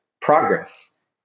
progress